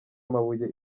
amabuye